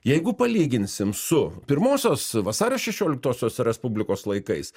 jeigu palyginsim su pirmosios vasario šešioliktosios respublikos laikais